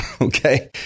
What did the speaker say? okay